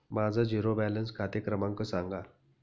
माझा zero balance खाते क्रमांक सांगा